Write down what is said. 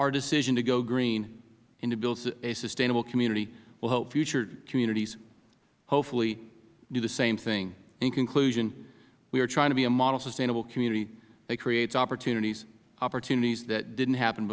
our decision to go green and to build a sustainable community will help future communities hopefully do the same thing in conclusion we are trying to be a model sustainable community that creates opportunities that didn't happen